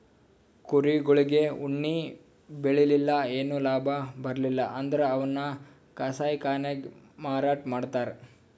ಕುರಿಗೊಳಿಗ್ ಉಣ್ಣಿ ಬೆಳಿಲಿಲ್ಲ್ ಏನು ಲಾಭ ಬರ್ಲಿಲ್ಲ್ ಅಂದ್ರ ಅವನ್ನ್ ಕಸಾಯಿಖಾನೆಗ್ ಮಾರಾಟ್ ಮಾಡ್ತರ್